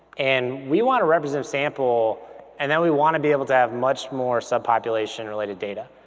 and we want a representative sample and then we wanna be able to have much more subpopulation related data.